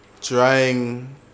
trying